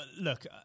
look